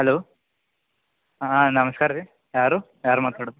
hello ಹಾಂ ನಮ್ಸ್ಕಾರ ರೀ ಯಾರು ಯಾರು ಮಾತಾಡೋದು